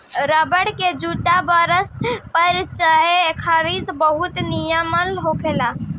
rubber के जूता बरफ पर चले खातिर बहुत निमन होला